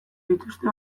dituzte